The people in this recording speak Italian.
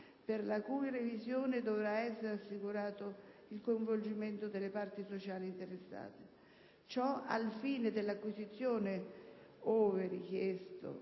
per la cui revisione dovrà essere assicurato il coinvolgimento delle parti sociali interessate. Ciò al fine dell'acquisizione, ove richiesto